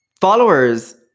followers